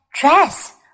dress